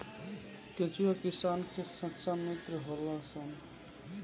केचुआ किसान के सच्चा मित्र होलऽ सन